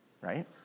right